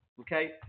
okay